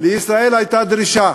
לישראל הייתה דרישה